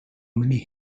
many